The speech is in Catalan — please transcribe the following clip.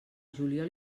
juliol